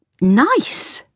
nice